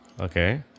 Okay